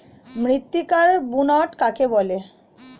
মৃত্তিকার বুনট কাকে বলে?